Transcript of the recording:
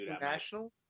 national